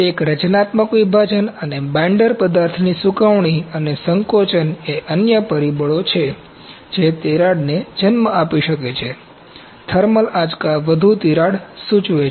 એક રચનાત્મક વિભાજન અને બાઈન્ડર પદાર્થની સૂકવણી અને સંકોચન એ અન્ય પરિબળો છે જે તિરાડને જન્મ આપી શકે છે થર્મલ આંચકા વધુ તિરાડ સૂચવે છે